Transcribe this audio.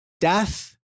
Death